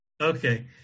Okay